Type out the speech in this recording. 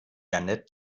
jeanette